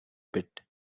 pit